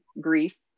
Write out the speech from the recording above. grief